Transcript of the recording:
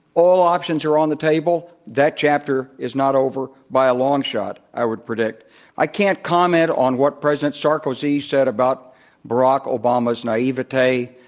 all options are on the table. that chapter is not over by a long shot, i would i can't comment on what president sarkozy said about barack obama's naivety.